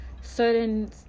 certain